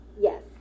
Yes